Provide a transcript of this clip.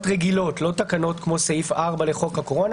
רגילות לא כמו סעיף 4 לחוק הקורונה.